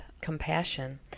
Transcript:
compassion